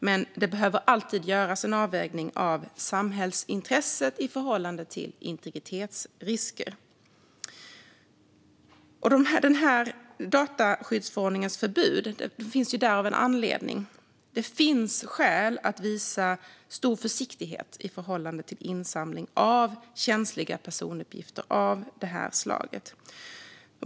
Men det behöver alltid göras en avvägning av samhällsintresset i förhållande till integritetsrisker. Dataskyddsförordningens förbud finns av en anledning. Det finns skäl att visa stor försiktighet i förhållande till insamling av känsliga personuppgifter av det här slaget.